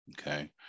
Okay